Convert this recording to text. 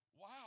Wow